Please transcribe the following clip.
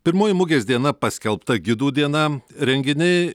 pirmoji mugės diena paskelbta gidų diena renginiai